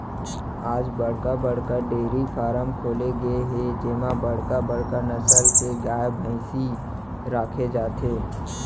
आज बड़का बड़का डेयरी फारम खोले गे हे जेमा बड़का बड़का नसल के गाय, भइसी राखे जाथे